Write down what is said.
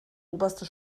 oberste